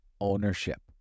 ownership